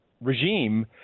regime –